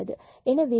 எனவே λϕxy